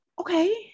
Okay